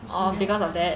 which we don't have a